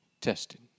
tested